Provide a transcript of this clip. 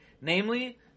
namely